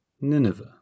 Nineveh